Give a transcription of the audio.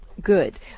Good